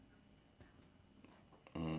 uh okay okay asking for help lah